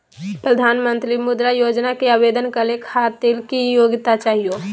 प्रधानमंत्री मुद्रा योजना के आवेदन करै खातिर की योग्यता चाहियो?